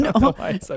no